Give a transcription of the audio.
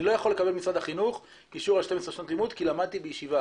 אני לא יכול לקבל ממשרד החינוך אישור על 12 שנות לימוד כי למדתי בישיבה.